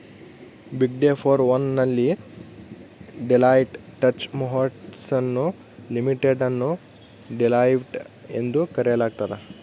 ಬಿಗ್ಡೆ four one ನಲ್ಲಿ Deloitte Touche Tohmatsu Limited ಅನ್ನು Deloitte ಎಂದು ಕರೆಯಲಾಗ್ತದ